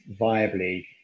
viably